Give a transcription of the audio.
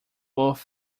both